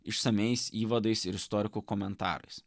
išsamiais įvadais ir istorikų komentarais